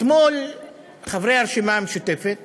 אתמול חברי הרשימה המשותפת